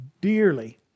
dearly